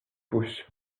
pouce